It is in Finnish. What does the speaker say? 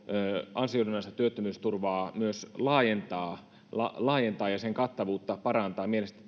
ansiosidonnaista työttömyysturvaa myös laajentaa laajentaa ja sen kattavuutta parantaa mielestäni